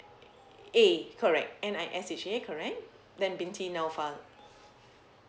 A correct N I S H A correct then binti naufal